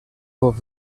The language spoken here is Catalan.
golf